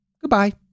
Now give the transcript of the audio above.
goodbye